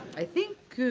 i think.